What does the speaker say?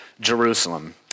Jerusalem